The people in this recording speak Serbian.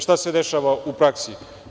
Šta se dešava u praksi?